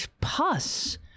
pus